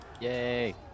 Yay